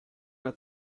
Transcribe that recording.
una